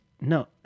no